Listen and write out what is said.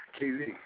KZ